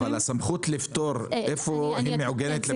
אבל הסמכות לפטור, היא מעוגנת?